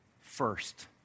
first